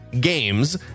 games